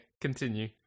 continue